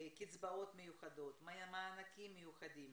קצבאות מיוחדות, מענקים מיוחדים,